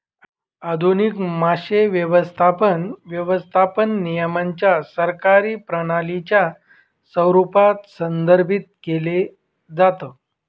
आधुनिक मासे व्यवस्थापन, व्यवस्थापन नियमांच्या सरकारी प्रणालीच्या स्वरूपात संदर्भित केलं जातं